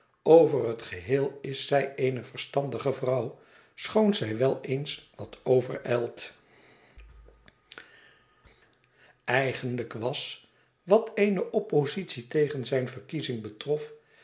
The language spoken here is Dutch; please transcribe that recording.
over het geheel is zij eene verstandige vrouw schoon zij wel eens wat overijlt eigenlijk was wat eene oppositie tegen zijne verkiezing betrof